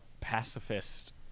pacifist